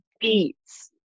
beats